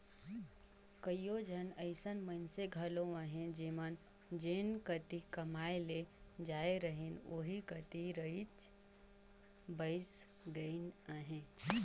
कइयो झन अइसन मइनसे घलो अहें जेमन जेन कती कमाए ले जाए रहिन ओही कती रइच बइस गइन अहें